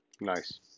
Nice